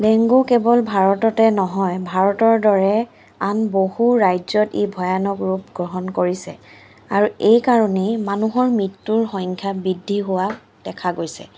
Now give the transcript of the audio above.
dengue কেৱল ভাৰততে নহয় ভাৰতৰ দৰে আন বহু ৰাজ্যত ই ভয়ানক ৰূপ গ্ৰহণ কৰিছে আৰু এই কাৰণেই মানুহৰ মৃত্যুৰ সংখ্যা বৃদ্ধি হোৱা দেখা গৈছে